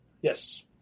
Yes